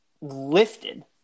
lifted